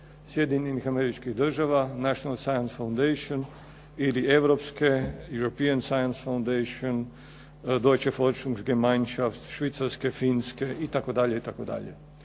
Sjedinjenih Američkih Država, Nacional Science foundation ili europske, European science foundation, … /Govornik se ne razumije./ …, Švicarske, Finske itd. itd.